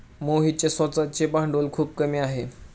मोहितचे स्वतःचे भांडवल खूप कमी आहे